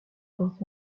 porte